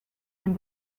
den